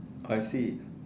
I see